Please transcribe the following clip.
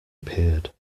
appeared